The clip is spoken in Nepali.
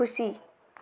खुसी